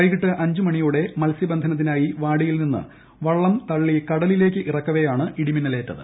വൈകിട്ട് അഞ്ച് മണിയോടെ മത്സ്യബന്ധനത്തിനായി വാടിയിൽ നിന്ന് വള്ളം തള്ളി കടലിലേക്ക് ഇറക്കവെയാണ് ഇടിമിന്നലേറ്റത്